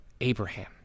Abraham